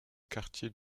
quartier